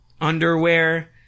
underwear